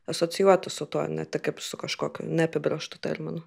asocijuotis su tuo ne tik kaip su kažkokiu neapibrėžtu terminu